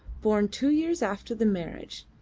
born two years after the marriage,